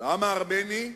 לעם הארמני,